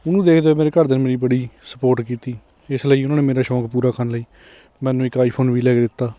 ਉਹਨੂੰ ਦੇਖਦੇ ਮੇਰੇ ਘਰਦਿਆਂ ਨੇ ਮੇਰੀ ਬੜੀ ਸਪੋਰਟ ਕੀਤੀ ਇਸ ਲਈ ਉਹਨਾਂ ਨੇ ਮੇਰਾ ਸ਼ੌਂਕ ਪੂਰਾ ਕਰਨ ਲਈ ਮੈਨੂੰ ਇੱਕ ਆਈਫੋਨ ਵੀ ਲੈ ਕੇ ਦਿੱਤਾ